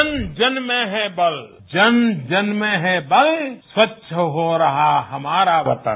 जन जन में है बल जन जन में है बल स्वच्छ हो रहा हमारा वतन